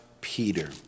Peter